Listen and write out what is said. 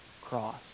cross